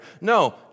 No